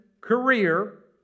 career